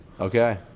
Okay